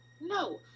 No